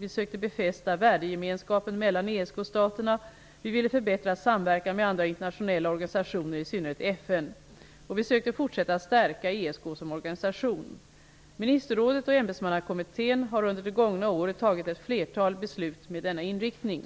Vi sökte befästa värdegemenskapen mellan ESK-staterna. Vi ville förbättra samverkan med andra internationella organisationer, i synnerhet FN. Vi sökte fortsätta stärka ESK som organisation. Ministerrådet och ämbetsmannakommittén har under det gångna året fattat ett flertal beslut med denna inriktning.